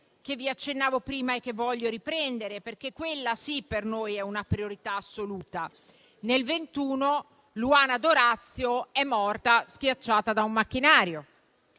cui accennavo prima e che voglio riprendere, perché, quella sì, per noi è una priorità assoluta. Nel 2021 Luana D’Orazio è morta schiacciata da un macchinario